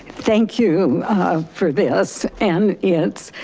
thank you for this and it's